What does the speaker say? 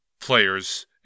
players